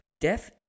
Death